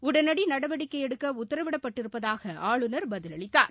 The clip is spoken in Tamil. உடனடி நடவடிககை எடுக்க உத்தரவிடப் பட்டிருப்பதாக ஆளுநர் பதிலளித்தார்